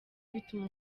bituma